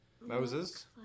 Moses